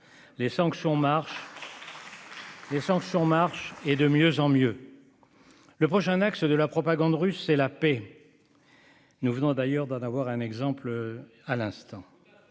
sanctions marchent, et de mieux en mieux. Le prochain axe de la propagande russe, c'est la paix. Nous venons d'en avoir un exemple à l'instant.